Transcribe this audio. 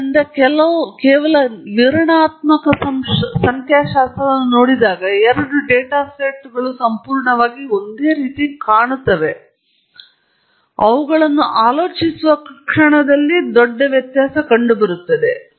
ಆದ್ದರಿಂದ ನೀವು ಕೇವಲ ವಿವರಣಾತ್ಮಕ ಸಂಖ್ಯಾಶಾಸ್ತ್ರವನ್ನು ನೋಡಿದಾಗ ಎರಡು ಡೇಟಾ ಸೆಟ್ಗಳು ಸಂಪೂರ್ಣವಾಗಿ ಒಂದೇ ರೀತಿ ಕಾಣುತ್ತವೆ ಆದರೆ ನೀವು ಅವುಗಳನ್ನು ಆಲೋಚಿಸುವ ಕ್ಷಣದಲ್ಲಿ ಒಂದು ದೊಡ್ಡ ವ್ಯತ್ಯಾಸವಿದೆ ಎಂದು ನಿಮಗೆ ತಿಳಿದಿದೆ